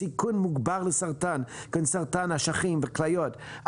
סיכון מוגבר לסרטן כולל סרטן אשכים וכליות,